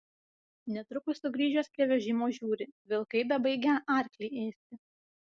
netrukus sugrįžęs prie vežimo žiūri vilkai bebaigią arklį ėsti